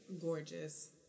gorgeous